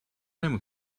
نمی